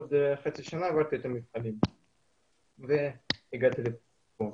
ואחרי חצי שנה עברתי את המבחנים והגעתי לכאן.